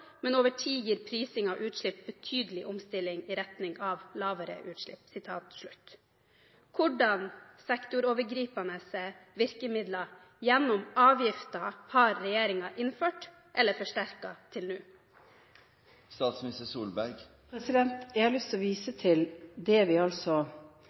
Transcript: men over tid gir prising av utslipp betydelig omstilling i retning av lavere utslipp.» Hvilke sektorovergripende virkemidler – gjennom avgifter – har regjeringen innført eller forsterket til nå? Jeg har lyst til å vise